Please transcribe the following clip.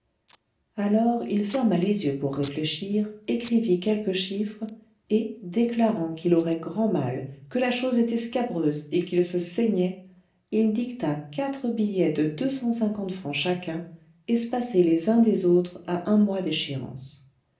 alors il ferma les yeux pour réfléchir écrivit quelques chiffres et déclarant qu'il aurait grand mal que la chose était scabreuse et qu'il se saignait il dicta quatre billets de deux cent cinquante francs chacun espacés les uns des autres à un mois d'échéance